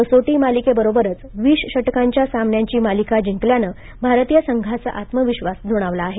कसोटी मालिकेबरोबरच वीस षटकांच्या सामन्यांची मालिका जिंकल्यानं भारतीय संघाचा आत्मविश्वास दुणावला आहे